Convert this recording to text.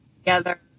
together